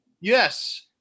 Yes